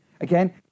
Again